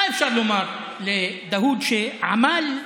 מה אפשר לומר לדאוד, שעמל בזיעה,